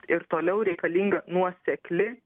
ir toliau reikalinga nuosekli